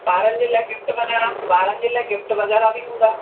ॿारनि जे लाइ गिफ़्ट वग़ैरह ॿारनि जे लाइ गिफ़्ट वग़ैरह बि हूंदा